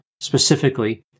Specifically